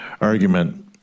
argument